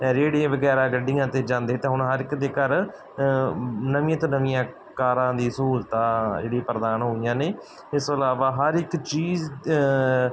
ਰਿਹੜੀਆਂ ਵਗੈਰਾ ਗੱਡੀਆਂ 'ਤੇ ਜਾਂਦੇ ਅਤੇ ਹੁਣ ਹਰ ਇੱਕ ਦੇ ਘਰ ਨਵੀਆਂ ਤੋਂ ਨਵੀਆਂ ਕਾਰਾਂ ਦੀਆਂ ਸਹੂਲਤਾਂ ਜਿਹੜੀਆਂ ਪ੍ਰਦਾਨ ਹੋ ਗਈਆਂ ਨੇ ਇਸ ਤੋਂ ਇਲਾਵਾ ਹਰ ਇੱਕ ਚੀਜ਼